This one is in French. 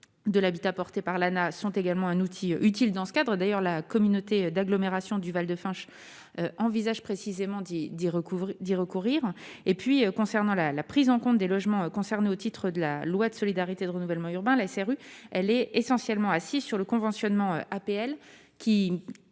de l'habitat, porté par l'Anaes, sont également un outil utile dans ce cadre d'ailleurs la communauté d'agglomération du Val de Fensch envisage précisément dit dit recouvre d'y recourir et puis concernant la la prise en compte des logements concernés au titre de la loi de solidarité de renouvellement urbain, la SRU, elle est essentiellement assis sur le conventionnement APL